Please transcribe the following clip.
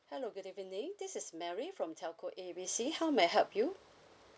hello good evening this is mary from telco A B C how may I help you